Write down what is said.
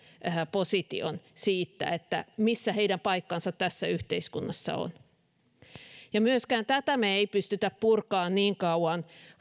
position missä heidän paikkansa tässä yhteiskunnassa on myöskään tätä me emme pysty purkamaan niin kauan